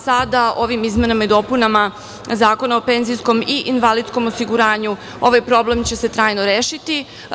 Sada ovim izmenama i dopunama Zakona o penzijskom i invalidskom osiguranju ovaj problem će se trajno rešiti.